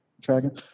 Dragon